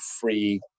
free